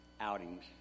outings